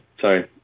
sorry